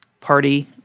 party